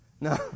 No